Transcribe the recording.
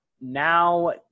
now